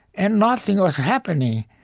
and nothing was happening,